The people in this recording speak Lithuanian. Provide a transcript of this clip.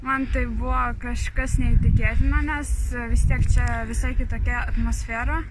man tai buvo kažkas neįtikėtina nes vis tiek čia visai kitokia atmosfera